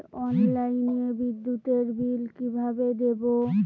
অনলাইনে বিদ্যুতের বিল কিভাবে দেব?